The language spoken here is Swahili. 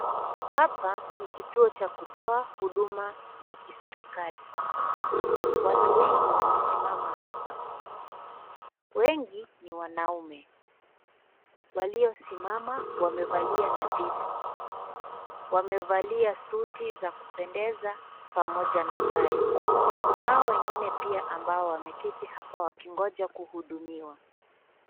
Hapa ni kituo cha kutoa huduma za kiserikali. Watu wengi wamesimama hapa. Wengi ni wanaume. Waliosimama wamevalia nadhifu. Wamevalia suti za kupendeza pamoja na tai. Kunao wengine pia ambao wameketi hapa wakingoja kuhudumiwa .